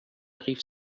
rief